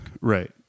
Right